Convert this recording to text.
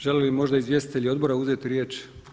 Žele li možda izvjestitelji odbora uzeti riječ?